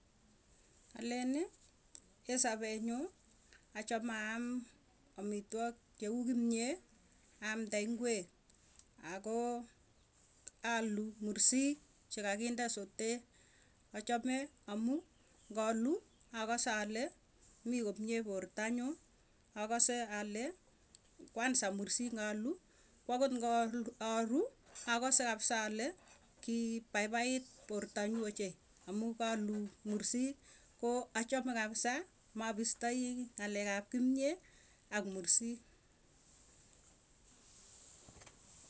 Aleni sapee nyuu, achame aam amitwok cheu kimyee amde ingek. Ako aluu mursik chekakinde sotee, achame amu ngaluu akase ale mii komie porta nyuu, akase ale kwanza mursik ngaluu. Ko akot ngalu aru akase kapisa ale kipaipait porta nyuu ochei amuu kalu mursik. Koo achame kapisa mapistoi ng'alek ap kimyee ak mursii.